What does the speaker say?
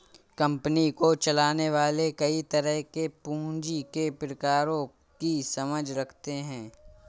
company को चलाने वाले कई तरह के पूँजी के प्रकारों की समझ रखते हैं